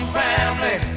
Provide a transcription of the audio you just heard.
family